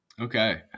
Okay